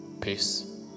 peace